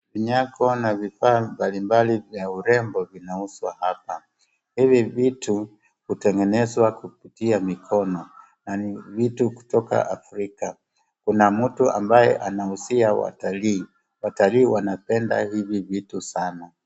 Vinyago na vifaa mbalimbali vya urembo vinauzwa hapa. Hivi vitu hutengenezwa kupitia mikono na ni vitu kutoka Afrika. Kuna mtu ambaye anauzia watalii. Watalii wanapenda hivi vitu sana.